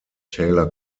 taylor